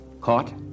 Caught